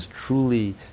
truly